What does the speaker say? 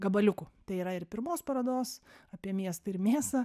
gabaliukų tai yra ir pirmos parodos apie miestą ir mėsą